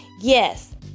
yes